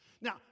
Now